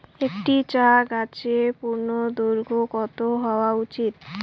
একটি চা গাছের পূর্ণদৈর্ঘ্য কত হওয়া উচিৎ?